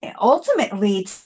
ultimately